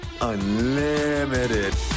Unlimited